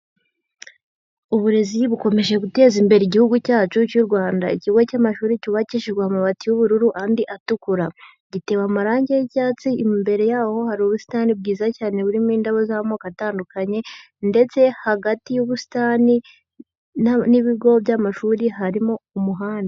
Uburezi bukomeje guteza imbere igihugu cyacu cy'u Rwanda. ikigo cy'amashuri cyubakishijwe amabati y'ubururu andi atukura. Gitewe amarangi y'icyatsi, imbere yaho hari ubusitani bwiza cyane burimo indabo z'amoko atandukanye, ndetse hagati y'ubusitani n'ibigo by'amashuri harimo umuhanda.